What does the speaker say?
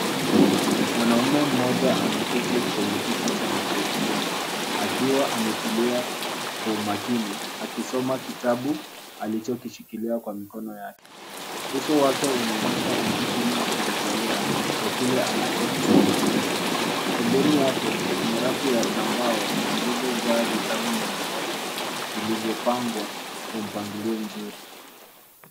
Mwanaume mmoja ameketi kwenye kiti cha magurudumu akiwa ametulia kwa umakini akisoma kitabu alichokishikilia kwa mikono yake. Uso wake unaonyesha umakini wa kujitolea kwa kile anachosoma. Pembeni yake, kuna rafu ya zambau zilizojaa vitabu mbali mbali, vilivyopangwa kwa mpangilio mzuri.